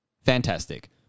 fantastic